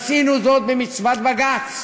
עשינו זאת במצוות בג"ץ,